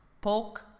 Poke